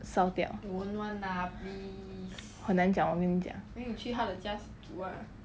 烧掉很难讲我跟你讲